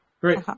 Great